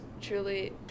truly